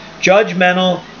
Judgmental